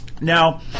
Now